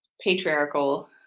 patriarchal